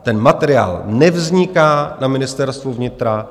Ten materiál nevzniká na Ministerstvu vnitra.